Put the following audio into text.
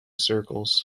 circles